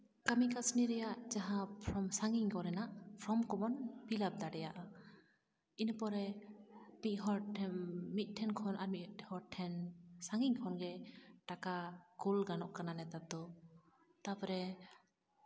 ᱠᱟᱹᱢᱤ ᱠᱟᱹᱥᱱᱤ ᱨᱮᱭᱟᱜ ᱡᱟᱦᱟᱸ ᱯᱷᱚᱨᱢ ᱥᱟᱺᱜᱤᱧ ᱠᱚᱨᱮᱱᱟᱜ ᱯᱷᱨᱚᱢ ᱠᱚᱵᱚᱱ ᱯᱷᱤᱞᱟᱯ ᱫᱟᱲᱮᱭᱟᱜᱼᱟ ᱤᱱᱟᱹ ᱯᱚᱨᱮ ᱢᱤᱫ ᱦᱚᱲ ᱴᱷᱮᱱ ᱢᱤᱫ ᱴᱷᱮᱱ ᱠᱷᱚᱱ ᱟᱨ ᱢᱤᱫ ᱦᱚᱲ ᱴᱷᱮᱱ ᱥᱟᱺᱜᱤᱧ ᱠᱷᱚᱱᱜᱮ ᱴᱟᱠᱟ ᱠᱳᱞ ᱜᱟᱱᱚᱜ ᱠᱟᱱᱟ ᱱᱮᱛᱟᱨ ᱫᱚ ᱛᱟᱨᱯᱚᱨᱮ